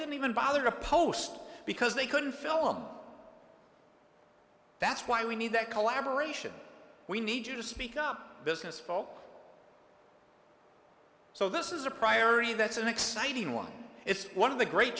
didn't even bother to post because they couldn't fill them that's why we need that collaboration we need you to speak up business fall so this is a priory that's an exciting one it's one of the great